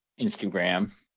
Instagram